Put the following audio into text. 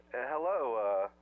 Hello